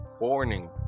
Warning